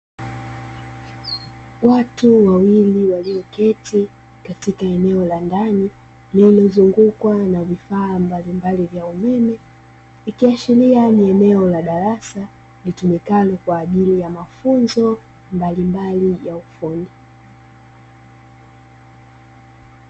Watu wawili walioketi katika eneo la ndan, lililozungukwa na vifaa mbalimbali vya umeme ikiashiria ni eneo la darasa, litumikalo kwa ajili ya mafunzo mbalimbali ya ufundi.